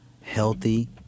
healthy